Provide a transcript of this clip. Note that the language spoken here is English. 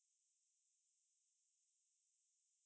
those easy going or 那个很